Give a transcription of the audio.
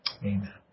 Amen